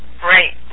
Great